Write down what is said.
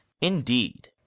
Indeed